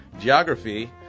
geography